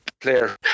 player